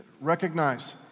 recognize